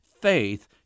faith